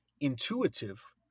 intuitive